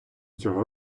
цього